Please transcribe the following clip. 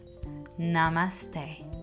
Namaste